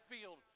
field